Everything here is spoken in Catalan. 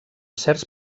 certs